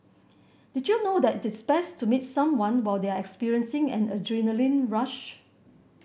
did you know that it is best to meet someone while they are experiencing an adrenaline rush